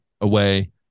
away